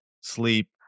sleep